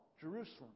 Jerusalem